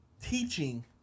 teaching